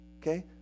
Okay